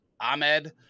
Ahmed